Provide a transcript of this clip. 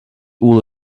all